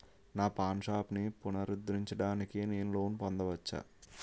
నా పాన్ షాప్ని పునరుద్ధరించడానికి నేను లోన్ పొందవచ్చా?